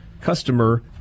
customer